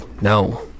no